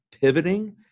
pivoting